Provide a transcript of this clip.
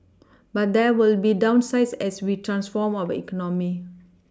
but there will be downsides as we transform our economy